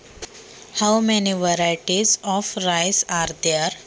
तांदळाच्या किती जाती आहेत?